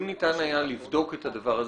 אם ניתן היה לבדוק את העניין הזה.